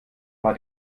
war